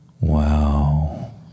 wow